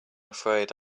afraid